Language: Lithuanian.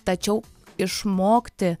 tačiau išmokti